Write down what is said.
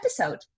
episode